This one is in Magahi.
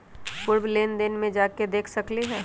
पूर्व लेन देन में जाके देखसकली ह?